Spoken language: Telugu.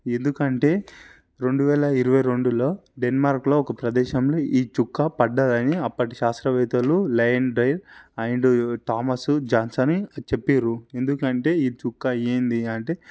ఎందుకంటే రెండువేల ఇరవైరెండులో డెన్మార్క్లో ఒక ప్రదేశంలో ఈ చుక్క పడ్డదని అప్పటి శాస్త్రవేత్తలు Lyon Dyer and Thomas Johnson చెప్పిన్రు ఎందుకంటే ఈ చుక్క ఏంటి అంటే